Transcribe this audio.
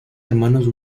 hermanos